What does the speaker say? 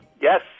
Yes